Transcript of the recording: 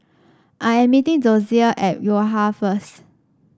I am meeting Dozier at Yo Ha first